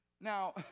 Now